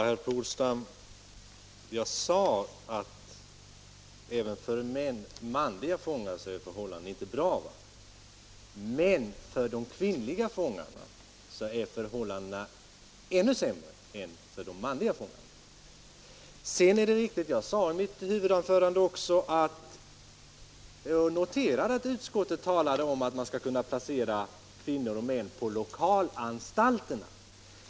Herr talman! Jag sade, herr Polstam, att inte heller för de manliga fångarna är förhållandena bra. Men för de kvinnliga är förhållandena ännu sämre. Jag noterade också i mitt huvudanförande att utskottet talade om att man skulle kunna placera kvinnor och män på lokalanstalterna.